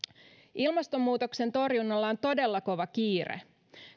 ilmastonmuutoksen torjunnalla on todella kova kiire